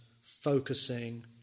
focusing